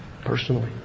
personally